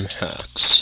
hacks